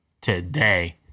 today